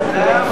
רבותי,